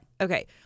okay